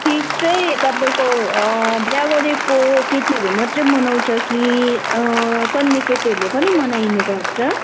तिज चाहिँ तपाईँको बिहा गरेको केटीहरू मात्रै मनाउँछ कि कन्ने केटीहरूले पनि मनाइने गर्छ